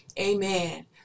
Amen